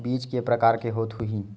बीज के प्रकार के होत होही?